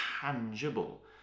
tangible